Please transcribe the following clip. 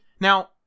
now